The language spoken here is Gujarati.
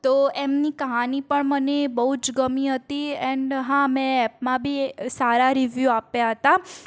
તો એમની કહાની પણ મને બહુ જ ગમી હતી એન્ડ હા મેં એપમાં સારા રિવ્યું આપ્યા હતા